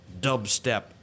dubstep